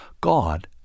God